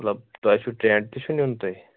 مطلب تۄہہِ چھُو ٹیٚنٹ تہِ چھُو نیُن تۄہہِ